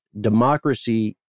democracy